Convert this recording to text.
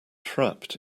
trapped